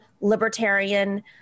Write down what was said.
libertarian